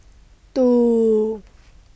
two